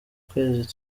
kwezi